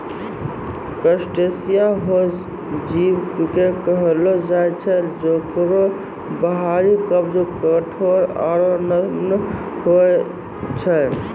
crustacea हो जीव कॅ कहलो जाय छै जेकरो बाहरी कवच कठोर आरो नम्य होय छै